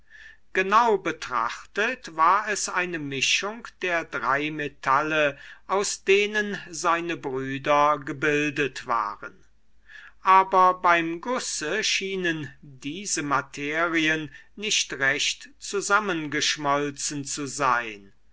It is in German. genau betrachtet war es eine mischung der drei metalle aus denen seine brüder gebildet waren aber beim gusse schienen diese materien nicht recht zusammengeschmolzen zu sein